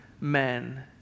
men